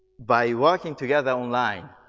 by working together online.